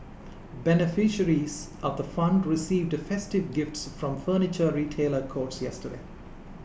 beneficiaries of the fund received festive gifts from Furniture Retailer Courts yesterday